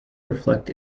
reflect